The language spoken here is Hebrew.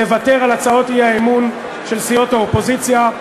לוותר על הצעות האי-אמון של סיעות האופוזיציה,